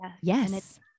Yes